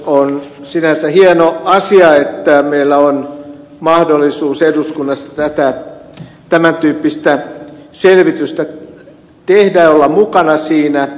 on sinänsä hieno asia että meillä on mahdollisuus eduskunnassa tämän tyyppistä selvitystä tehdä ja olla mukana siinä